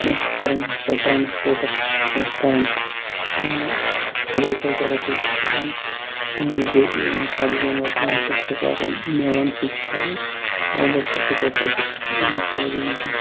کینٛہہ چھِ کَرَان یَتھ سۭتۍ ٹرانسپوٹس سۭتۍ چھِ خلق کَرَان یا ایٚگرِکَلچَرَس سۭتۍ چھِ کَرَان یہِ بیٚیہِ یِمَن سبزِیَن وَبزِیَن سۭتۍ چھِ کَرَان مٮ۪وَن سۭتۍ چھِ کَرَان لگ بگ چھِ اِتھَے پٲٹھۍ تَتہِ سٲری وٕنکٮ۪ن